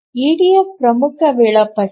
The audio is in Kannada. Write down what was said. ಇಡಿಎಫ್ ಪ್ರಮುಖ ವೇಳಾಪಟ್ಟಿ